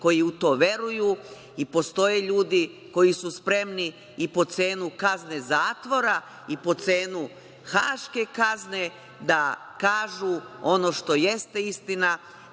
koji u to veruju i postoje ljudi koji su spremni i po cenu kazne zatvora i po cenu haške kazne, da kažu ono što jeste istina